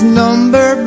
number